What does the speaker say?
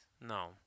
No